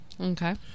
okay